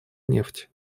нефть